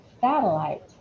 satellite